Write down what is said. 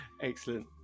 Excellent